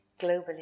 globally